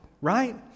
right